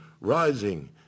rising